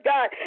God